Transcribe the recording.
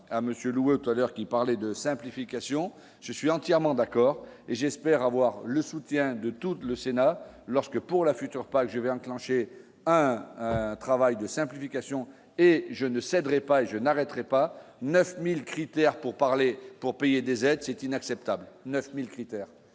à monsieur le web à l'heure, qui parlait de simplification, je suis entièrement d'accord, et j'espère avoir le soutien de toute le Sénat lorsque pour la future PAC je vais enclencher un travail de simplification et je ne céderai pas je n'arrêterai pas 9000 critères pourparlers pour payer des aides c'est inacceptable 9000 critères,